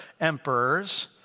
emperors